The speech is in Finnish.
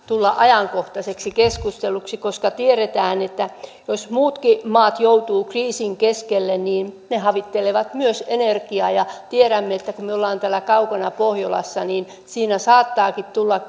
tulla ajankohtaiseksi keskusteluksi koska tiedetään että jos muutkin maat joutuvat kriisin keskelle niin ne havittelevat myös energiaa ja tiedämme että kun me olemme täällä kaukana pohjolassa niin siinä saattaakin tulla